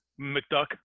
McDuck